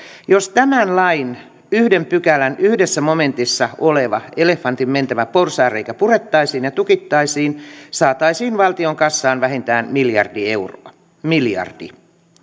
jos tämän lain yhden pykälän yhdessä momentissa oleva elefantinmentävä porsaanreikä purettaisiin ja tukittaisiin saataisiin valtion kassaan vähintään miljardi euroa miljardi